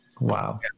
Wow